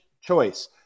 choice